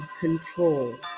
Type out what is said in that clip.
control